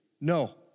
No